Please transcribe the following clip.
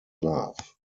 love